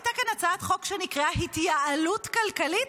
לא הייתה כאן הצעת חוק שנקראה התייעלות כלכלית?